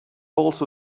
also